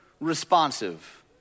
responsive